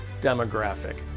demographic